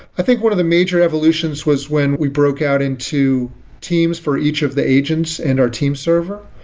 i think one of the major evolutions was when we broke out into teams for each of the agents and our team server,